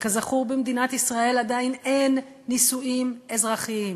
וכזכור, במדינת ישראל עדיין אין נישואים אזרחיים.